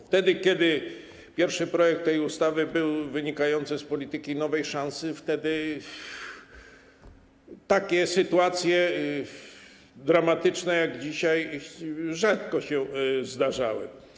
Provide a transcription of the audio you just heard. Wtedy kiedy pierwszy projekt tej ustawy wynikał z polityki nowej szansy, takie sytuacje dramatyczne jak dzisiaj rzadko się zdarzały.